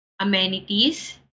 amenities